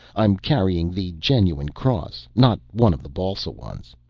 i'm carrying the genuine cross, not one of the balsa ones.